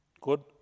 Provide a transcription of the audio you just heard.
Good